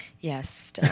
yes